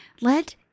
let